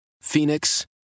Phoenix